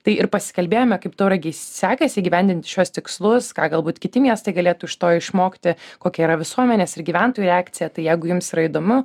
tai ir pasikalbėjome kaip tauragei sekasi įgyvendinti šiuos tikslus ką galbūt kiti miestai galėtų iš to išmokti kokia yra visuomenės ir gyventojų reakcija tai jeigu jums yra įdomu